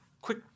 quick